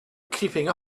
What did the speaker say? creeping